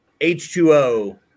H2O